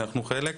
שאנחנו חלק מהם.